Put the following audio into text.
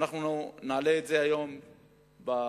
ונעלה את זה היום במליאה,